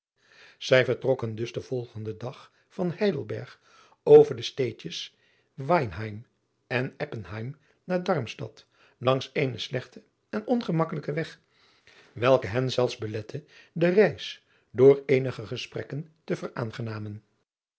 ij vertrokken dus den volgenden dag van eidelberg over de steedjes einheim en ppenheim naar armstad langs eenen slechten en ongemakkelijken weg welke hen zelfs belette de reis door eenige gesprekken te